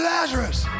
Lazarus